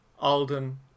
Alden